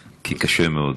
כי קשה מאוד.